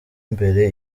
imbere